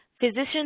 physicians